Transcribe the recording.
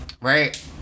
Right